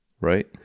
right